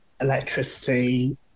electricity